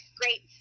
great